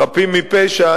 חפים מפשע,